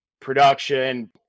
production